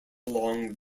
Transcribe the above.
along